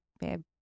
babe